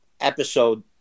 episode